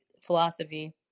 philosophy